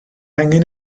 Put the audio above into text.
angen